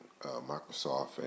Microsoft